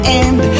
end